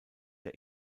der